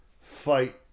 fight